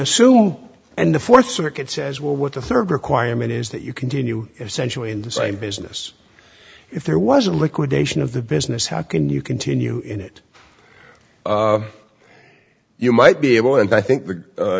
assume and the fourth circuit says well what the third requirement is that you continue essentially in the same business if there was a liquidation of the business how can you continue in it you might be able and i think th